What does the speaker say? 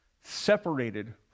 separated